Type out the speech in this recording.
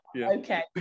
Okay